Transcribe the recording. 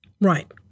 Right